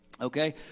Okay